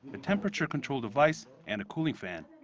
a temperature control device, and a cooling fan.